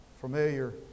Familiar